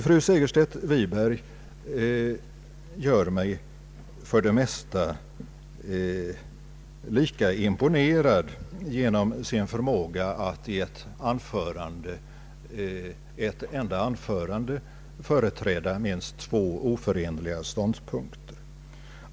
Fru Segerstedt Wiberg gör mig för det mesta mycket imponerad genom sin förmåga att i ett enda anförande företräda minst två oförenliga ståndpunkter.